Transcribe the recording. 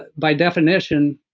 but by definition,